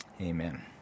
Amen